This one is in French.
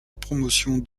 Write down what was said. promotion